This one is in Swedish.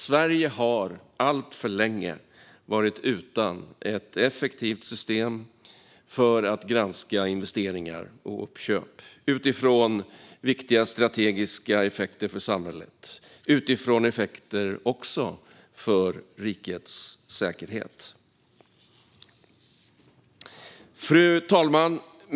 Sverige har alltför länge varit utan ett effektivt system för att granska investeringar och uppköp utifrån viktiga strategiska effekter för samhället och också utifrån effekter för rikets säkerhet. Fru talman!